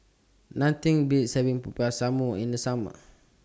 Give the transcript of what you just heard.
Nothing Beats having Popiah Sayur in The Summer